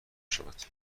شود